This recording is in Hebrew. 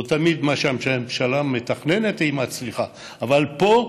לא תמיד מה שהממשלה מתכננת היא מצליחה, אבל פה,